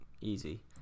easy